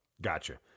Gotcha